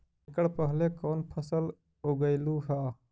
एकड़ पहले कौन फसल उगएलू हा?